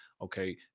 okay